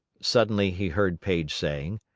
suddenly he heard paige saying,